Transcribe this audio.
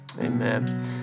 Amen